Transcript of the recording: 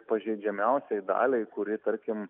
pažeidžiamiausiai daliai kuri tarkim